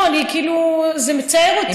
לא, כאילו זה מצער אותי.